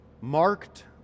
marked